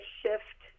shift